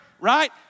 right